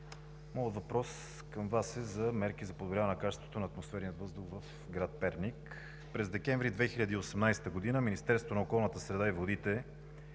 моят въпрос към Вас е за мерките за подобряване на качеството на атмосферния въздух в град Перник. През декември 2018 г. Министерството на околната среда и водите